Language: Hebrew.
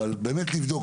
באמת לבדוק,